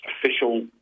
official